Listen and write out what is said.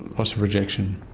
and so of rejection.